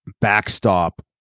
backstop